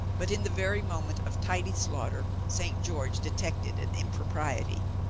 but in the very moment of tidy slaughter st. george detected an impropriety.